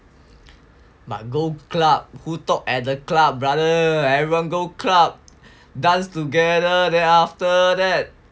but go club who talk at the club brother everyone go club dance together then after that